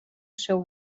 seu